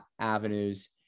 avenues